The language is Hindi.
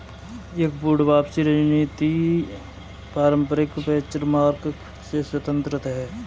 एक पूर्ण वापसी रणनीति पारंपरिक बेंचमार्क से स्वतंत्र हैं